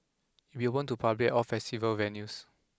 it will be open to public all festival venues